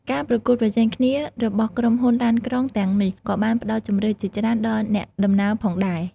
ការប្រកួតប្រជែងគ្នារបស់ក្រុមហ៊ុនឡានក្រុងទាំងនេះក៏បានផ្តល់ជម្រើសជាច្រើនដល់អ្នកដំណើរផងដែរ។